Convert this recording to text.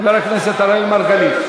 חבר הכנסת אראל מרגלית.